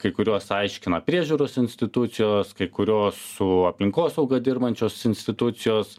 kai kuriuos aiškina priežiūros institucijos kai kurios su aplinkosauga dirbančios institucijos